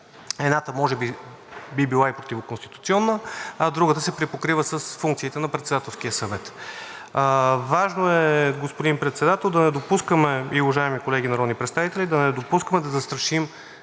едната може би би била и противоконституционна, а другата се припокрива с функциите на Председателския съвет. Важно е, господин Председател и уважаеми колеги народни представители, да не допускаме да застрашим